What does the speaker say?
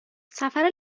سفر